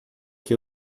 que